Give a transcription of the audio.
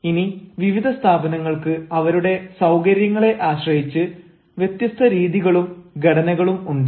ഇനി വിവിധ സ്ഥാപനങ്ങൾക്ക് അവരുടെ സൌകര്യങ്ങളെ ആശ്രയിച്ച് വ്യത്യസ്ത രീതികളും ഘടനകളും ഉണ്ട്